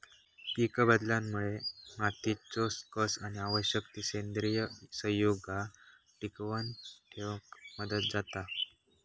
पीकबदलामुळे मातीचो कस आणि आवश्यक ती सेंद्रिय संयुगा टिकवन ठेवक मदत जाता